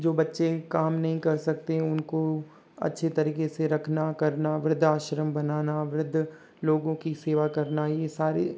जो बच्चे काम नहीं कर सकते हैं उनको अच्छी तरीके से रखना करना वृद्धा आश्रम बनाना वृद्ध लोगों की सेवा करना यह सारी